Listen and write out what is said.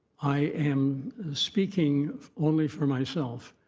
i am speaking only for myself.